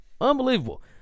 Unbelievable